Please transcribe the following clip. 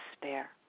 despair